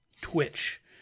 Twitch